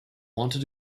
wanted